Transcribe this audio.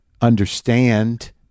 understand